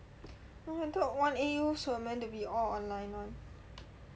no I thought one A_U's were meant to be all online one